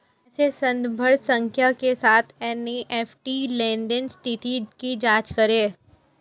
कैसे संदर्भ संख्या के साथ एन.ई.एफ.टी लेनदेन स्थिति की जांच करें?